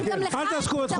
אבל גם לך אין פתרון.